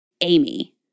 Amy